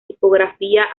tipografía